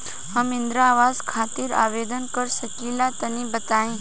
हम इंद्रा आवास खातिर आवेदन कर सकिला तनि बताई?